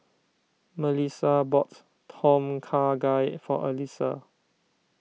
Mellisa bought Tom Kha Gai for Alissa